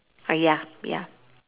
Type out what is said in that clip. ah ya ya